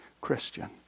Christian